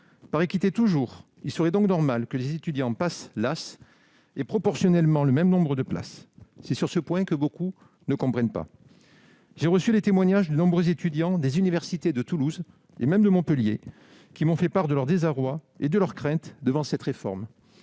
santé spécifique (PASS) et en licence accès santé (LAS) aient proportionnellement le même nombre de places. C'est ce point que beaucoup ne comprennent pas ! J'ai reçu les témoignages de nombreux étudiants des universités de Toulouse et même de Montpellier, qui m'ont fait part de leur désarroi, et de leurs craintes devant cette réforme.